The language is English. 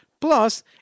Plus